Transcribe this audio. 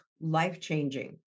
life-changing